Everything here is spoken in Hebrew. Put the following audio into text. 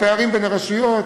הפערים בין הרשויות,